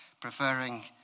Preferring